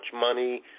money